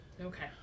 Okay